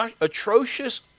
atrocious